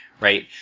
right